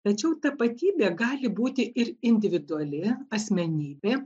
tačiau tapatybė gali būti ir individuali asmenybė